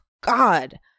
God